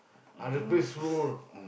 other place roll